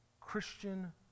Christian